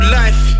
life